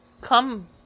come